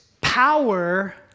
power